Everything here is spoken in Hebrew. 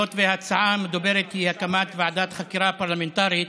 היות שההצעה המדוברת היא הקמת ועדת חקירה פרלמנטרית,